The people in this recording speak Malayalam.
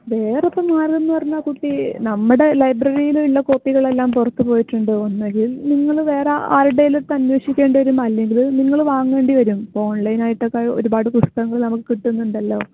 വേറെ ഇപ്പം മാർഗം എന്ന് പറഞ്ഞാൽ കുട്ടീ നമ്മുടെ ലൈബ്രറിയിലുള്ള കോപ്പികളെല്ലാം പുറത്ത് പോയിട്ടുണ്ട് ഒന്നുകിൽ നിങ്ങൾ വേറെ ആരുടെയെങ്കിലും ഒക്കെ അന്വേഷിക്കേണ്ടി വരും അല്ലെങ്കിൽ നിങ്ങൾ വാങ്ങേണ്ടി വരും ഇപ്പോൾ ഓൺലൈൻ ആയിട്ടൊക്കെ ഒരുപാട് പുസ്തകങ്ങൾ നമുക്ക് കിട്ടുന്നുണ്ടല്ലോ